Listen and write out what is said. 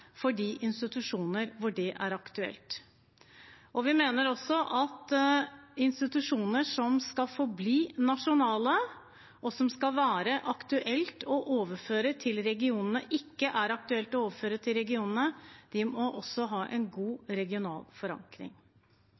for de institusjoner hvor det er aktuelt. Vi mener også at institusjoner som skal forbli nasjonale, og som det ikke vil være aktuelt å overføre til regionene, skal ha en god regional forankring.